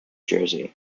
jersey